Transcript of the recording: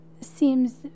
seems